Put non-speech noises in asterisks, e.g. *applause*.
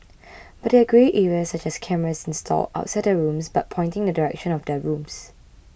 *noise* but there are grey areas such as cameras installed outside their rooms but pointing in the direction of their rooms